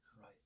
right